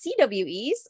CWEs